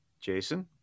Jason